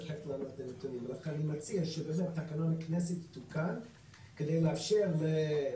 לכן אני מציע שבאמת תקנון הכנסת יתוקן כדי שבהמלצת